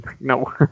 no